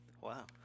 Wow